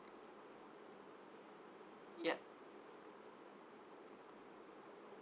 ya